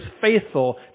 faithful